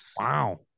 Wow